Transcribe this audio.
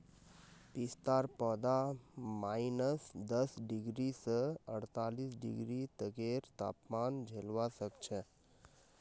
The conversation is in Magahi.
पिस्तार पौधा माइनस दस डिग्री स अड़तालीस डिग्री तकेर तापमान झेलवा सख छ